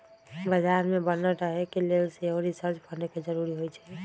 बजार में बनल रहे के लेल सेहो रिसर्च फंड के जरूरी होइ छै